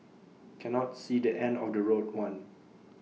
cannot see the end of the road one